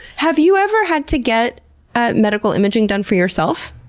have you ever had to get medical imaging done for yourself?